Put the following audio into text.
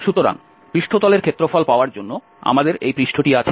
সুতরাং পৃষ্ঠতলের ক্ষেত্রফল পাওয়ার জন্য আমাদের এই পৃষ্ঠটি আছে